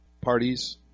parties